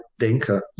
Denker